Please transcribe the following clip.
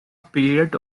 period